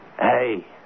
Hey